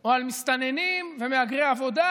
או על מסתננים ומהגרי עבודה,